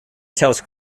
tells